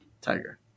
Tiger